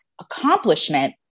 accomplishment